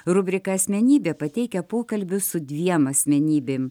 rubrika asmenybė pateikia pokalbius su dviem asmenybėm